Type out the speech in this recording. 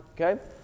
Okay